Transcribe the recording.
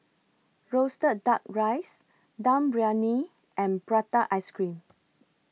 Roasted Duck Rice Dum Briyani and Prata Ice Cream